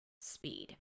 speed